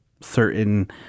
certain